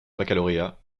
baccalauréat